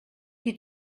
qui